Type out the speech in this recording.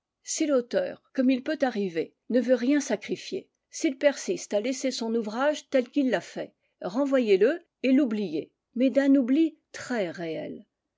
si l'auteur comme il peut arriver ne veut rien sacrifier s'il persiste à laisser son ouvrage tel qu'il l'a fait renvoyez le et l'oubliez mais d'un oubli très réel